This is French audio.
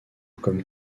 comme